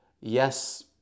yes